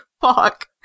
Fuck